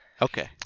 Okay